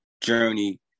journey